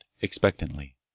expectantly